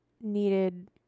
needed